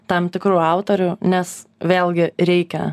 tam tikrų autorių nes vėlgi reikia